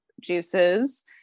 juices